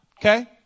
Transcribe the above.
Okay